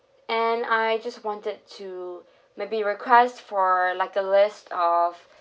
and I just wanted to maybe request for like a list of